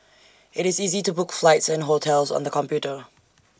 IT is easy to book flights and hotels on the computer